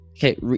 Okay